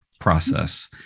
process